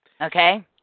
Okay